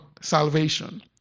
salvation